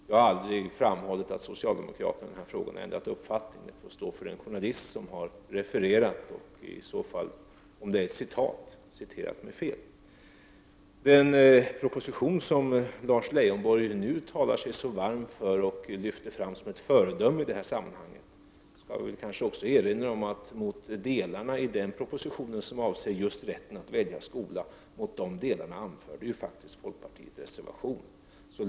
Jag har aldrig framhållit att socialdemokraterna ändrat uppfattning i denna fråga. Det får stå för den journalist som har refererat och som, om det är fråga om ett citat, har citerat mig fel. Lars Leijonborg talar sig nu varm för och lyfter fram en viss proposition som ett föredöme i detta sammanhang. Låt mig också erinra om att folkpartiet faktiskt mot de delar av den propositionen som avser rätten att välja skola anförde reservation.